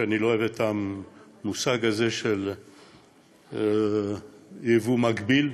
אני לא אוהב את המושג של יבוא מקביל.